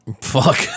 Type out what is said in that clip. Fuck